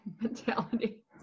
mentality